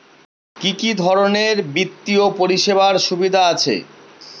কি কি ধরনের বিত্তীয় পরিষেবার সুবিধা আছে?